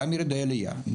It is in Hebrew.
גם ירידי עלייה,